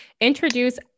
introduce